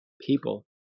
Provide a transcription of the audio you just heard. People